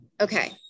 Okay